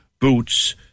Boots